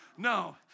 No